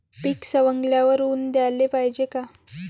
पीक सवंगल्यावर ऊन द्याले पायजे का?